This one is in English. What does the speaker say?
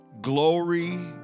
Glory